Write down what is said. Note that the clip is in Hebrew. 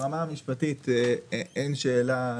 ברמה המשפטית אין שאלה,